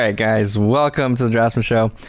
ah guys. welcome to the draftsmen show.